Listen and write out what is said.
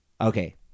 Okay